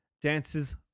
dances